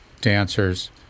dancers